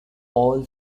all